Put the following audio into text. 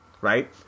right